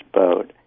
boat